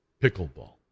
Pickleball